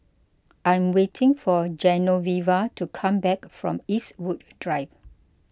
I am waiting for Genoveva to come back from Eastwood Drive